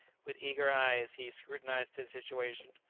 with eager eyes he scrutinized his situation.